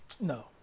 No